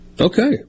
Okay